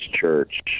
Church